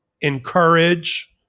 encourage